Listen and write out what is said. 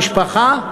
משפחה,